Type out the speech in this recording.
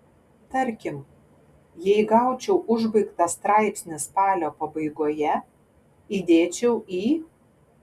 tarkim jei gaučiau užbaigtą straipsnį spalio pabaigoje įdėčiau į